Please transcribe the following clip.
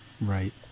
Right